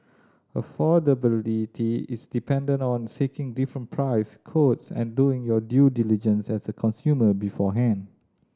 affordability is dependent on seeking different price quotes and doing your due diligence as a consumer beforehand